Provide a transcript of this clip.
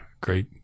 great